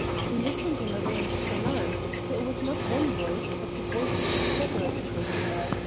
he listened a little and took alarm, for it was not one voice but the voices of several people he heard,